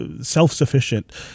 self-sufficient